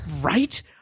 Right